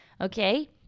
okay